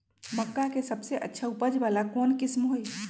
मक्का के सबसे अच्छा उपज वाला कौन किस्म होई?